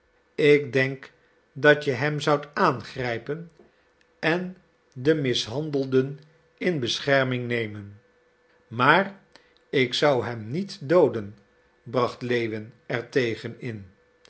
ik denk dat je hem zoudt aangrijpen en de mishandelden in bescherming nemen maar ik zou hem niet dooden bracht lewin er tegen